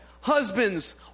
Husbands